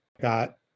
got